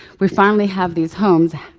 we finally have these homes.